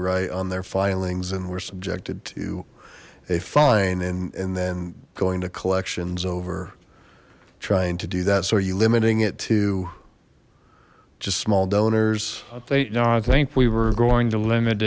right on their filings and were subjected to a fine and then going to collections over trying to do that so are you limiting it to just small donors i think no i think we were going to limit